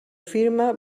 firma